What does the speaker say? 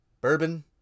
Bourbon